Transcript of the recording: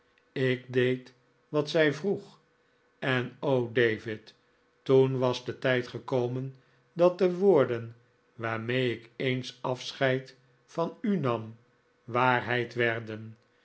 ik deed wat zij vroeg en o david toen was de tijd gekomen dat de woorden waarmee ik eens afscheid van u nam waarheid werden